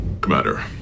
commander